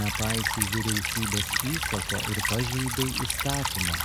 nepaisei vyriausybės įsako ir pažeidei įstatymą